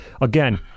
again